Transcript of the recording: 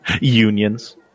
Unions